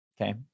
Okay